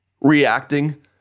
reacting